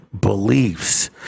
beliefs